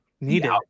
needed